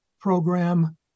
program